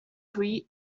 tree